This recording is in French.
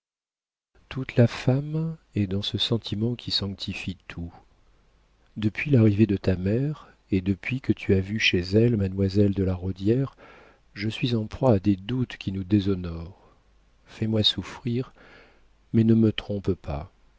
toute la femme est dans ce sentiment qui sanctifie tout depuis l'arrivée de ta mère et depuis que tu as vu chez elle mademoiselle de la rodière je suis en proie à des doutes qui nous déshonorent fais-moi souffrir mais ne me trompe pas